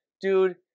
dude